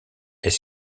est